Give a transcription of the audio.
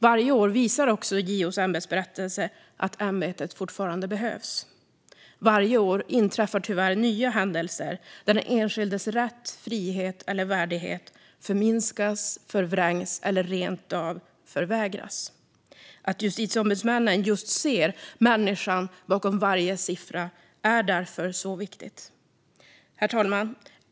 Varje år visar också JO:s ämbetsberättelse att ämbetet fortfarande behövs, för varje år inträffar tyvärr nya händelser där den enskildes rätt, frihet eller värdighet förminskas, förvrängs eller rent av förvägras. Att justitieombudsmännen just ser människan bakom varje siffra är därför så viktigt. Herr talman!